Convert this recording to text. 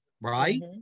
right